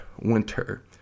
Winter